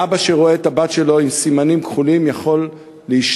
ואבא שרואה את הבת שלו עם סימנים כחולים יכול להשתגע.